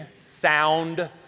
sound